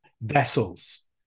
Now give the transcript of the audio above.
vessels